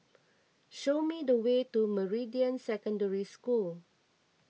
show me the way to Meridian Secondary School